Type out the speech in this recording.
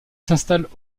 s’installent